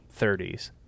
30s